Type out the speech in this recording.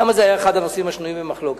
למה זה היה אחד הנושאים השנויים במחלוקת?